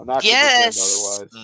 Yes